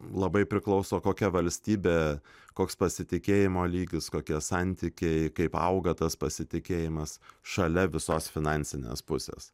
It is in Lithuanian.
labai priklauso kokia valstybė koks pasitikėjimo lygis kokie santykiai kaip auga tas pasitikėjimas šalia visos finansinės pusės